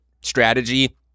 strategy